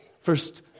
first